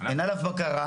אין עליו בקרה,